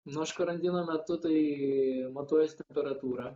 nu aš karantino metu tai matuojuosi temperatūrą